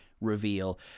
reveal